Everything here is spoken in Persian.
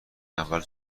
اول